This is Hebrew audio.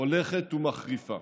הולכת ומחריפה.